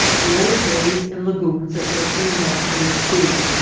the old bays and lagoons that led inland from the sea,